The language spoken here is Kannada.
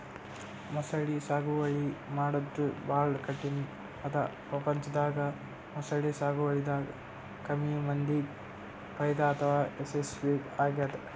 ಮೊಸಳಿ ಸಾಗುವಳಿ ಮಾಡದ್ದ್ ಭಾಳ್ ಕಠಿಣ್ ಅದಾ ಪ್ರಪಂಚದಾಗ ಮೊಸಳಿ ಸಾಗುವಳಿದಾಗ ಕಮ್ಮಿ ಮಂದಿಗ್ ಫೈದಾ ಅಥವಾ ಯಶಸ್ವಿ ಆಗ್ಯದ್